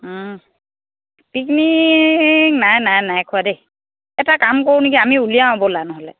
picnic নাই নাই নাই খোৱা দেই এটা কাম কৰোঁ নেকি আমি উলিয়াওঁ ব'লা নহ'লে